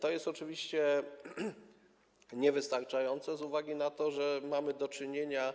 To jest oczywiście niewystarczające z uwagi na to, że mamy do czynienia